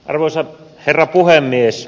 arvoisa herra puhemies